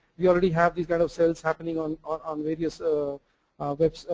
we already have this kind of sales happening on um various ah web